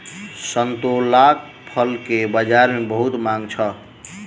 संतोलाक फल के बजार में बहुत मांग छल